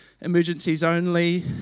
emergencies-only